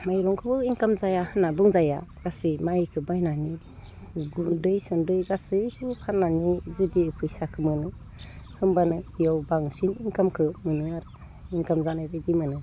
माइरंखोबो income जाया होनना बुंजाया गासै माइखो बायनानै गुन्दै सुन्दै गासैखौबो फाननानै जुदि फैसाखो मोनो होमब्लानो बियाव बांसिन इन्कामखौ मोनो आरो इन्काम जानायबायदि मोनो